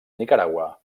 nicaragua